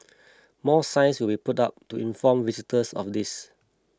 more signs will be put up to inform visitors of this